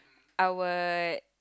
I would